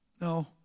no